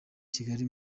kigali